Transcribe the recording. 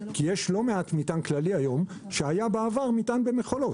כי יש לא מעט מטען כללי היום שהיה בעבר מטען במכולות.